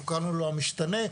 אנחנו קראנו לו המשתנה,